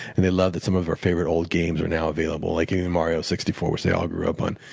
and they love that some of our favorite old games are now available, like even mario sixty four, which they all grew up on,